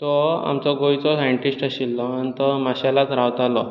तो आमच्या गोंयचो सायंटीस्ट आशिल्लो आनी तो माशेलाक रावतालो